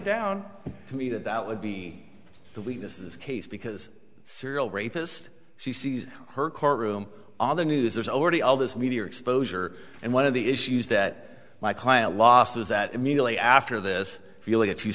down to me that that would be the weakness in this case because serial rapist she sees her courtroom other news there's already all this media exposure and one of the issues that my client lost is that immediately after this